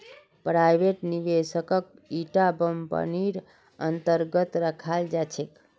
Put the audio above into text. private निवेशकक इटा कम्पनीर अन्तर्गत रखाल जा छेक